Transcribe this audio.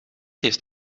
heeft